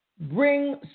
bring